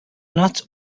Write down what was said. not